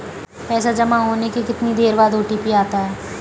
पैसा जमा होने के कितनी देर बाद ओ.टी.पी आता है?